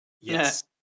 Yes